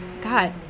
god